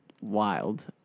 wild